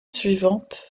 suivantes